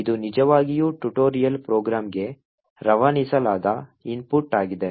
ಇದು ನಿಜವಾಗಿಯೂ ಟ್ಯುಟೋರಿಯಲ್ ಪ್ರೋಗ್ರಾಂಗೆ ರವಾನಿಸಲಾದ ಇನ್ಪುಟ್ ಆಗಿದೆ